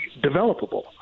developable